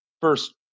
first